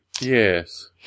Yes